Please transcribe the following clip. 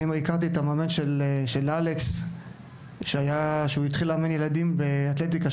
אני הכרתי את המאמן של אלכס כשהוא התחיל לאמן ילדים באתלטיקה,